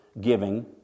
giving